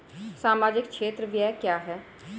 सामाजिक क्षेत्र व्यय क्या है?